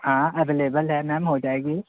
हाँ एवेलेबल है मैम हो जाएगी